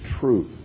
truth